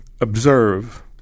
observe